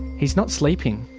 he's not sleeping.